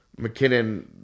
mckinnon